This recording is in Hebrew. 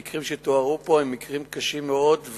המקרים שתוארו פה הם מקרים קשים מאוד,